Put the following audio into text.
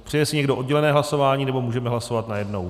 Přeje si někdo oddělené hlasování nebo můžeme hlasovat najednou?